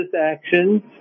actions